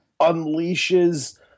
unleashes